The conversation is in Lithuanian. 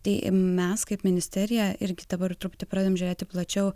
tai mes kaip ministerija irgi dabar truputį pradedam žiūrėti plačiau